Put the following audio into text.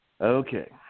Okay